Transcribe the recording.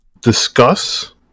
discuss